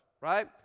Right